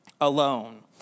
alone